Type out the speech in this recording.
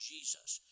Jesus